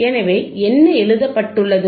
எனவே என்ன எழுதப்பட்டுள்ளது